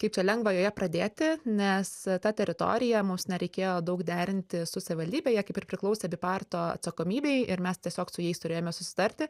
kaip čia lengva joje pradėti nes ta teritorija mums nereikėjo daug derinti su savivaldybe jie kaip ir priklausė biparto atsakomybei ir mes tiesiog su jais turėjome susitarti